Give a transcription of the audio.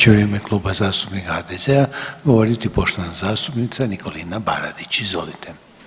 Sada će u ime Kluba zastupnika HDZ-a govoriti poštovana zastupnica Nikola Baradić, izvolite.